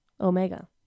Omega